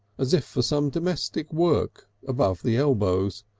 as if for some domestic work, above the elbows,